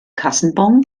kassenbon